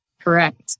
Correct